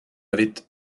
avait